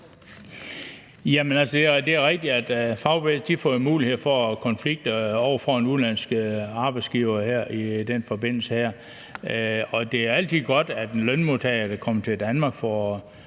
det er rigtigt, at fagbevægelsen får mulighed for at konflikte over for en udenlandsk arbejdsgiver i den forbindelse her. Det er altid godt, at lønmodtagere, der kommer til Danmark, får